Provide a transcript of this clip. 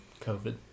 COVID